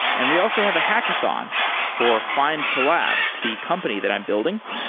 and we also have a hackathon for findcollabs, the company that i'm building.